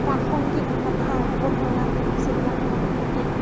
প্ৰাসংগিক কথা অৱতাৰণা কৰি চিনেমাখনত অতি